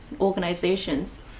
organizations